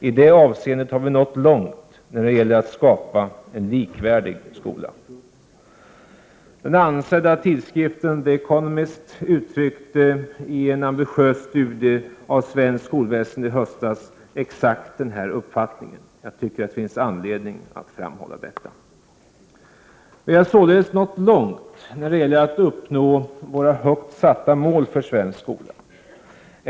I det avseendet har vi nått långt när det gäller att skapa en likvärdig skola. Den ansedda tidskriften The Economist uttryckte i en ambitiös studie av svenskt skolväsende i höstas exakt denna uppfattning. Jag tycker att det finns anledning att framhålla detta. Vi har således kommit långt när det gäller att uppnå våra högt satta mål för svensk skola.